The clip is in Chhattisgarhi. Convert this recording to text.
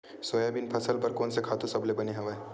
सोयाबीन फसल बर कोन से खातु सबले बने हवय?